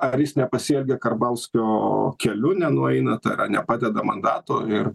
ar jis nepasielgia karbauskio keliu nenueina tai yra ar nepadeda mandato ir